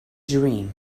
dream